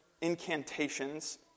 incantations